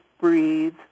breathe